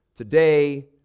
Today